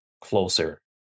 closer